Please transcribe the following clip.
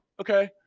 okay